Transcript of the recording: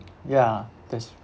ya that's